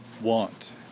want